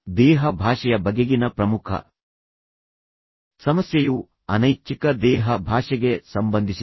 ದೇಹ ಭಾಷೆಯ ಬಗೆಗಿನ ಪ್ರಮುಖ ಸಮಸ್ಯೆಯು ಅನೈಚ್ಛಿಕ ದೇಹ ಭಾಷೆಗೆ ಸಂಬಂಧಿಸಿದೆ